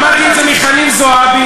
שמעתי את זה מחנין זועבי,